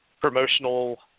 promotional